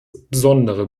besondere